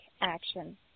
action